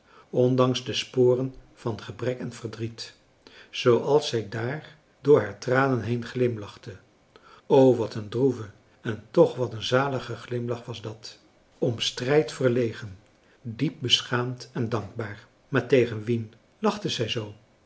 ondanks de sporen van gebrek en verdriet zooals zij daar door haar tranen heen glimlachte o wat een droeve en toch wat een zalige glimlach was dat om strijd verlegen diep beschaamd en dankbaar maar